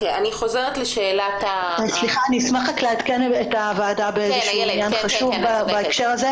אני אשמח לעדכן את הוועדה בהקשר הזה.